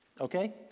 Okay